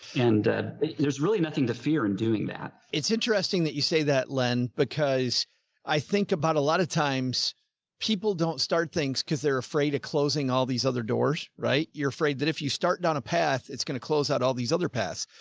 and there's really nothing to fear in doing that. it's interesting that you say that, len, because i think about a lot of times people don't start things because they're afraid of closing all these other doors, right? you're afraid that if you start down a path, it's going to close out all these other paths,